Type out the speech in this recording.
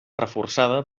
reforçada